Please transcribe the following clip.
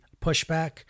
pushback